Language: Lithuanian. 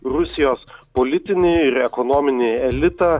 rusijos politinį ir ekonominį elitą